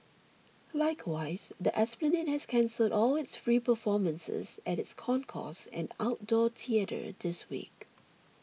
likewise the esplanade has cancelled all its free performances at its concourse and outdoor theatre this week